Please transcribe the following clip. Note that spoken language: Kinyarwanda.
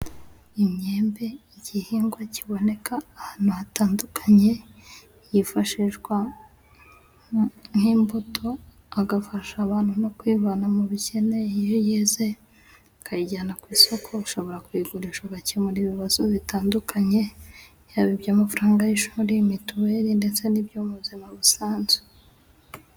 Imyembe igihingwa kiboneka ahantu hatandukanye yifashishwa nk'imbuto agafasha abantu no kwivana mu bikene iyo yize ukayijyana ku isoko ushobora kuyigurisha ugakemura ibibazo bitandukanye yaba iby'amafaranga y'ishuri, mituweli ndetse n'ibyo mubuzima busanzwe.